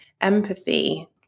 empathy